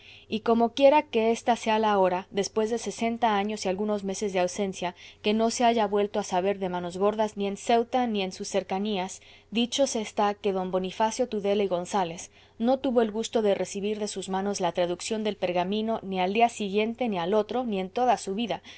y como quiera que esta sea la hora después de sesenta años y algunos meses de ausencia que no se haya vuelto a saber de manos gordas ni en ceuta ni en sus cercanías dicho se está que d bonifacio tudela y gonzález no tuvo el gusto de recibir de sus manos la traducción del pergamino ni al día siguiente ni al otro ni en toda su vida